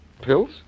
Pills